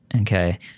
Okay